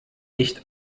nicht